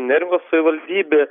neringos savivaldybė